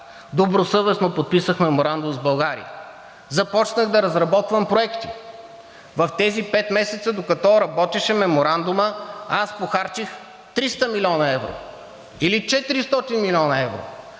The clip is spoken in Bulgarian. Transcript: Добросъвестно подписахме меморандум с България. Започнах да разработвам проекти. В тези пет месеца, докато работеше меморандумът, аз похарчих 300 млн. евро или 400 млн. евро.